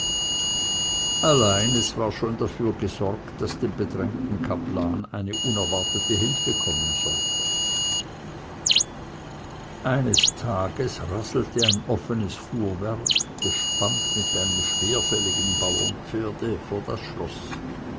allein es war schon dafür gesorgt daß dem bedrängten kaplan eine unerwartete hilfe kommen sollte eines tages rasselte ein offenes fuhrwerk bespannt mit einem schwerfälligen bauernpferde vor das schloß